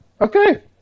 Okay